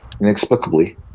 Inexplicably